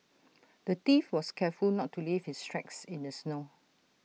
the thief was careful not to leave his tracks in the snow